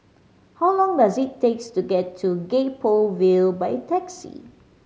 how long does it takes to get to Gek Poh Ville by taxi